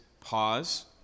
pause